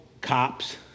Cops